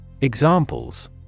Examples